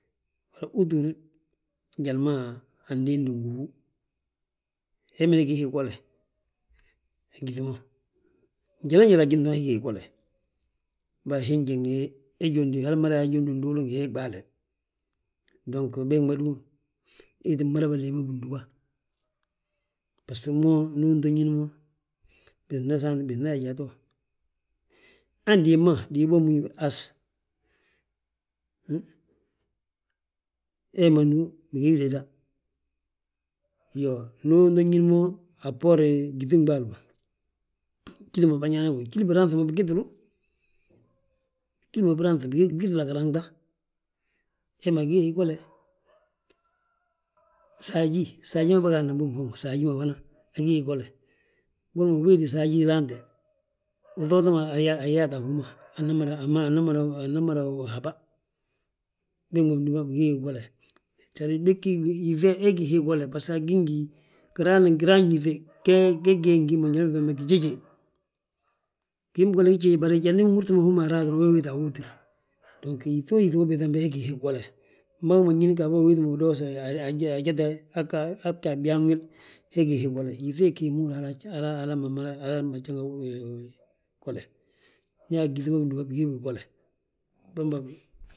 Hal utúur njali ma andisndi ngi hú, he mida gi hii gole a gyíŧi ma njaloo njali agíni be, he gí hii gole; Bari hii njiŋni he, hal mada yaa ajóondi ngi hii ɓaale, dong beg ma du, ii tti mada bà deemi bindúba. Baso mo ndu unto ñín mo, binan saant bina yaa jato, han diib ma, diib hommu has, hee ma du bigii déta. Iyoo, ndu unto ñín mo a bboorin gyíŧin ɓaali ma, gjíli ma bânyaana bommu, gjíli biraanŧi ma bigitilu, gjíli ma biraanŧi ma gitilu a giraanta. Hee ma gí hii gole, saají, saají ma bâgaadna bommu, gsaají ma fana, agí hii gole, boli mo nge weeti saají urante, uŧoota mo ayaata a hú ma, ana, ana, ana mada haba. Beg ma bindúba bigi bigii gole, sedir, yíŧi he, he gí hii gole. Baso agí ngi, giraa yíŧe, ge gi ge ngi hí ma njali ma ubiiŧan bo gijeje, giin bigolla gii jjej bari njadi unhúrti mo hommu araaw, we wéeti a wóotir. Dong yíŧoo yíŧi wo biiŧan be he gí hii gole, unbagi ma ñín gafo uwéeti ma udoose ajete aa gga, aa gga, aa gga byan wil. He gí hii gole, yíŧe ggí hi ma húri yaa hala ma, mada, hal ma joo gole, nyaa gyíŧi ma bindúba bigi bigii gole bembe bi.